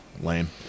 Lame